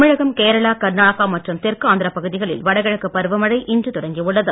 தமிழகம் கேரளா கர்நாடகா மற்றும் தெற்கு ஆந்திரப் பகுதிகளில் வடகிழக்கு பருவமழை இன்று தொடங்கியுள்ளது